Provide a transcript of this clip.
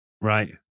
Right